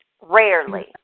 Rarely